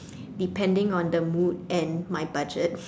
depending on the mood and my budget